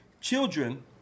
Children